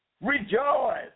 Rejoice